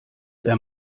wer